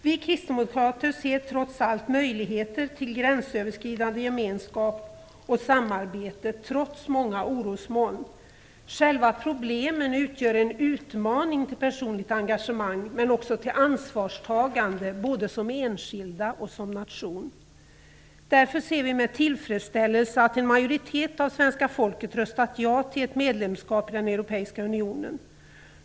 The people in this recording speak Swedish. Vi kristdemokrater ser möjligheter till gränsöverskridande gemenskap och samarbete trots många orosmoln. Själva problemen utgör en utmaning till personligt engagemang, men också till ansvarstagande både som enskilda och som nation. Därför ser vi med tillfredsställelse att en majoritet av svenska folket röstat ja till ett medlemskap i den europeiska unionen.